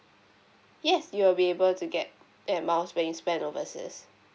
yes you will be able to get airmiles when you spend overseas